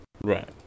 Right